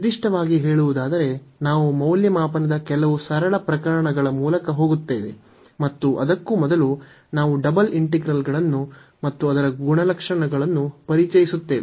ನಿರ್ದಿಷ್ಟವಾಗಿ ಹೇಳುವುದಾದರೆ ನಾವು ಮೌಲ್ಯಮಾಪನದ ಕೆಲವು ಸರಳ ಪ್ರಕರಣಗಳ ಮೂಲಕ ಹೋಗುತ್ತೇವೆ ಮತ್ತು ಅದಕ್ಕೂ ಮೊದಲು ನಾವು ಡಬಲ್ ಇಂಟಿಗ್ರಲ್ಗಳನ್ನು ಮತ್ತು ಅದರ ಗುಣಲಕ್ಷಣಗಳನ್ನು ಪರಿಚಯಿಸುತ್ತೇವೆ